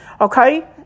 Okay